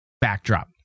backdrop